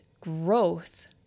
growth